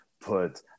put